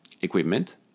equipment